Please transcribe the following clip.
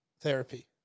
Therapy